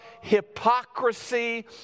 hypocrisy